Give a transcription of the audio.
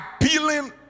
Appealing